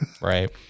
Right